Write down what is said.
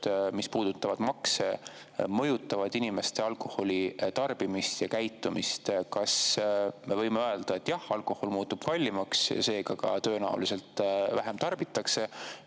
mis puudutavad makse, inimeste alkoholitarbimist ja ‑käitumist? Kas me võime öelda, et jah, alkohol muutub kallimaks ja seega tõenäoliselt ka tarbitakse